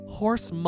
horse